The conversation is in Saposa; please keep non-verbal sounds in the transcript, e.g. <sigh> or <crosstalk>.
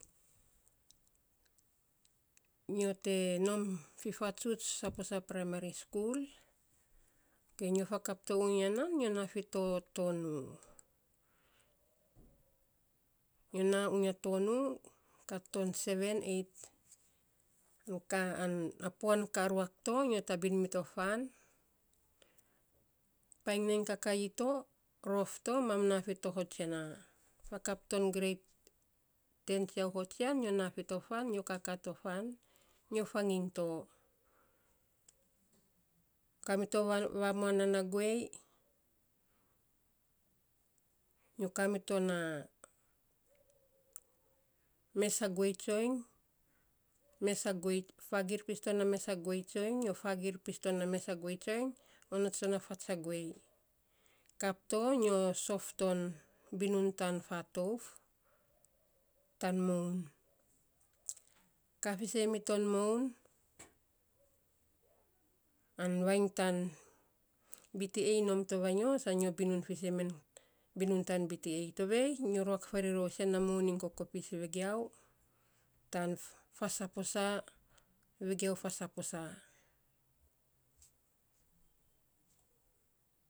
Nyo te non fifatsuts saposa primary skul, okei nyo fakap te uya nan nyo fakap to unya nan, nyo naa fito tonu, nyo naa unyia tonu kat tan seeven, eit, <hesitation> an puak ka ruak to, nyo tabin mito fan, painy nainy kakaii to rof to mam naa fito to hujena, fakap ton greit ten, tsiau hotsian, nyo naa fito fan, nyo kakaa to fan, nyo gangin to. kaa mito <hesitation> vamuan nan na guei, nyo kaa mito na mes a guei tsoiny mes a guei fagiir pis to na mes a guei tsoiny, nyo fagiir pis to na mes a guei tsoiny, onots to na fats a guei, kap to nyo sof ton binun tan fatouf tan moun, kaa fiisen miton moun, an vainy tan bta nom to vanyo, sa nyo binun fiisen men binun tan bta, tovei nyo ruak faarei ror a isen na moun tan kokopis vegiau, tan faa saposa, vegiau faa saposa.